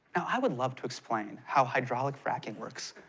i would love to explain how hydraulic fracking works,